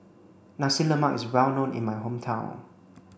Nasi lemak is well known in my hometown